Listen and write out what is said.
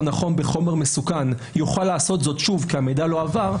נכון בחומר מסוכן יוכל לעשות זאת שוב כי המידע לא עבר,